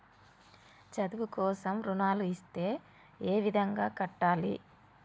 చదువు కోసం రుణాలు ఇస్తే ఏ విధంగా కట్టాలి?